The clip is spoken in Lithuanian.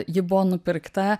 ji buvo nupirkta